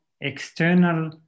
external